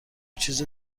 چیز